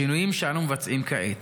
לשינויים שאנו מבצעים כעת.